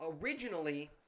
Originally